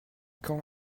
quand